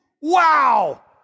Wow